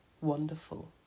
wonderful